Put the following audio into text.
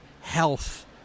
health